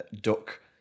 duck